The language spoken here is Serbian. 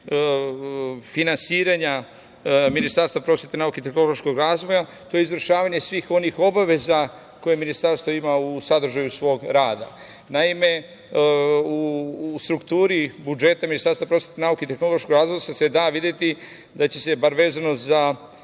finansiranja Ministarstva prosvete, nauke i tehnološkog razvoja. To je izvršavanje svih onih obaveza koje ministarstvo ima u sadržaju svog rada. Naime, u strukturi budžeta Ministarstva prosvete i nauke i tehnološkog razvoja se da videti da će se bar vezano za